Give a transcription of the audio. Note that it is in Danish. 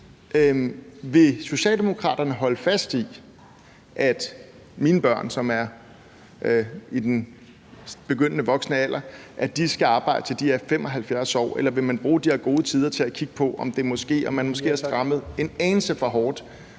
Vil Socialdemokraterne holde fast i, at mine børn, som er i den begyndende voksenalder, skal arbejde, til de er 75 år, eller vil man bruge de her gode tider til at kigge på, om man måske har strammet de krav,